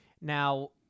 Now